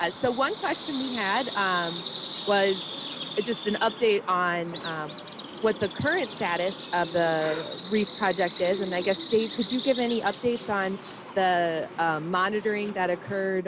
so one question we had was just an update on what the current status of the reef project is. and i guess dave, could you give any updates on the monitoring that occurred